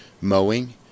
mowing